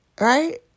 Right